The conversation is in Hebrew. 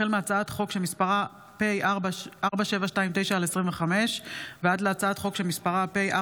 החל בהצעת חוק פ/4729/25 וכלה בהצעת חוק פ4759/25: